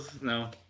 no